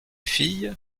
filles